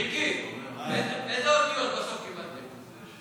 מיקי, איזה אותיות בסוף קיבלתם?